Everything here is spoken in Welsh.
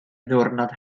ddiwrnod